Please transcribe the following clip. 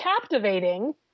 captivating